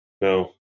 No